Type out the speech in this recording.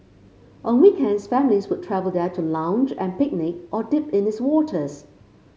on weekends families would travel there to lounge and picnic or dip in its waters